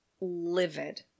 Livid